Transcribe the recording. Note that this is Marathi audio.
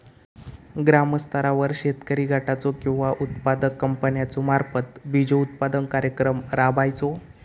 ग्रामस्तरावर शेतकरी गटाचो किंवा उत्पादक कंपन्याचो मार्फत बिजोत्पादन कार्यक्रम राबायचो?